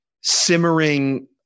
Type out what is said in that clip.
simmering